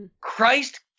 Christ